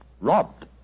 Robbed